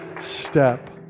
step